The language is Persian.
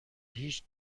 هیچ